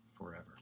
forever